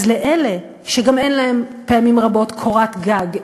אז לאלה שגם אין להם פעמים רבות קורת גג,